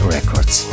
Records